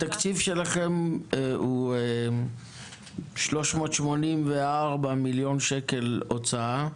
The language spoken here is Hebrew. התקציב שלכם הוא 384 מיליון שקל הוצאה,